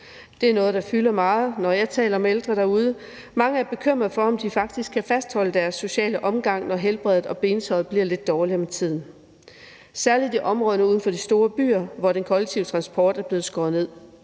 Det er noget, der fylder meget, når jeg taler med ældre derude. Mange er bekymrede for, om de faktisk kan fastholde deres sociale omgang, når helbredet og bentøjet bliver lidt dårligere med tiden, særlig i områderne uden for de store byer, hvor der er blevet skåret ned